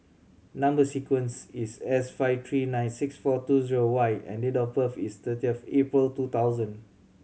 number sequence is S five three nine six four two zero Y and date of birth is thirty of April two thousand